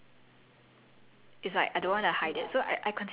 I know that I don't have the best skin but I still don't wear foundation